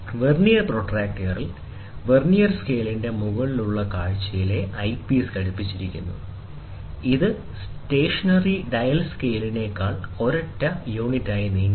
vernier പ്രൊട്ടക്റ്ററിൽ vernier സ്കെയിലിന്റെ മുകളിലെ കാഴ്ചയിൽ ഐപീസ് ഘടിപ്പിച്ചിരിക്കുന്നു ഇത് സ്റ്റേഷണറി ഡയൽ സ്കെയിലിനേക്കാൾ ഒരൊറ്റ യൂണിറ്റായി നീങ്ങുന്നു